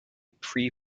pre